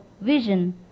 vision